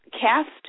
cast